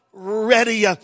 Ready